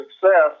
success